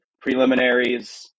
preliminaries